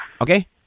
Okay